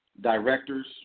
directors